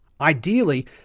Ideally